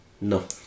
No